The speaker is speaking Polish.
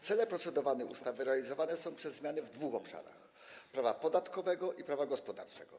Cele procedowanej ustawy realizowane są przez zmiany w dwóch obszarach: prawa podatkowego i prawa gospodarczego.